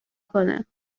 کنه